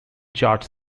chart